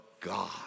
God